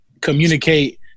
communicate